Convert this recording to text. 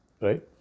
right